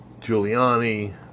Giuliani